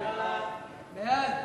להעביר את הצעת חוק הירושה (תיקון,